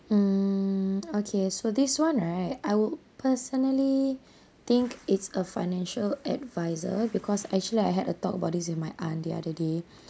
mm okay so this one right I would personally think it's a financial advisor because actually I had a talk about this with my aunt the other day